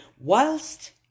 Whilst